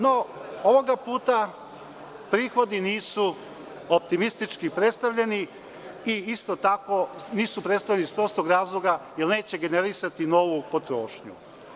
No, ovoga puta prihodi nisu optimistički predstavljeni i isto tako nisu predstavljeni iz prostog razloga, jer neće generisati novu potrošnju.